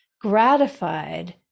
gratified